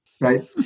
right